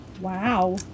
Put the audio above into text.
wow